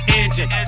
engine